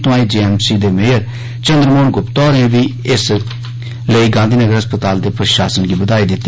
तोआई जेएमसी दे मेयर चन्द्र मोहन गुप्ता होरें बी इस लेई गांधी नगर अस्पताल दे प्रशासन गी बघाई दित्ती